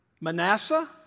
Manasseh